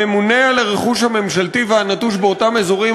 הממונה על הרכוש הממשלתי והנטוש באותם אזורים,